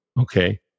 Okay